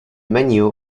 menu